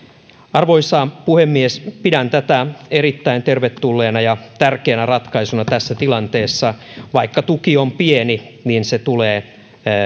arvoisa puhemies pidän tätä erittäin tervetulleena ja tärkeänä ratkaisuna tässä tilanteessa vaikka tuki on pieni niin se tulee